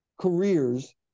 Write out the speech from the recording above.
careers